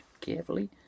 carefully